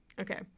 okay